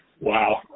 Wow